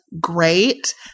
great